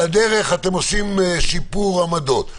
על הדרך אתם עושים שיפור עמדות?